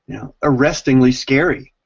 arrestingly scary.